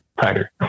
tighter